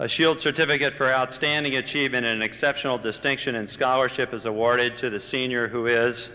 a shield certificate for outstanding achievement in exceptional distinction and scholarship is awarded to the senior who is